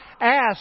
ask